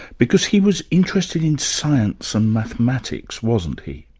because he was interested in science and mathematics, wasn't he?